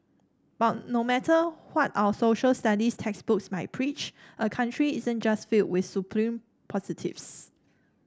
but no matter what our Social Studies textbooks might preach a country isn't just filled with supreme positives